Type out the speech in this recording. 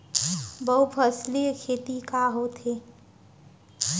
बहुफसली खेती का होथे?